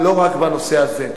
היא לא רק בנושא הזה.